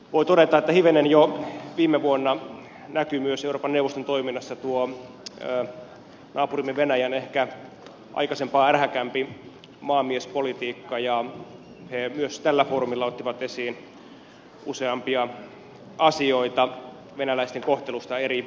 voi todeta että hivenen jo viime vuonna näkyi myös euroopan neuvoston toiminnassa tuo naapurimme venäjän ehkä aikaisempaa ärhäkämpi maanmiespolitiikka ja he myös tällä foorumilla ottivat esiin useampia asioita venäläisten kohtelusta euroopan neuvoston eri jäsenmaissa